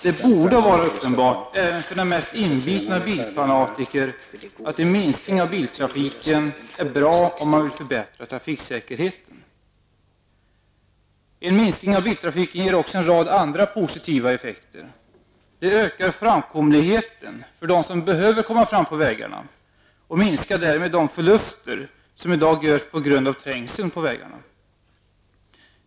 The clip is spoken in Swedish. Det borde vara uppenbart, även för de mest inbitna bilfanatikerna, att en minskning av biltrafiken är bra om man vill förbättra trafiksäkerheten. En minskning av biltrafiken ger också en rad andra positiva effekter. Det ökar framkomligheten för dem som behöver komma fram på vägarna och minskar därmed de förluster som i dag görs på grund av trängseln på vägarna.